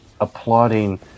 applauding